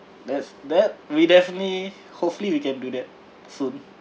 that's that we definitely hopefully we can do that soon